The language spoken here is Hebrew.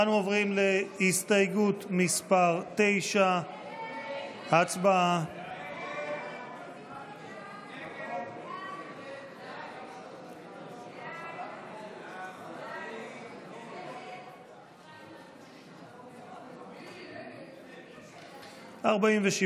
אנו עוברים להסתייגות מס' 9. הצבעה.